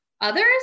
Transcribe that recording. others